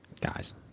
Guys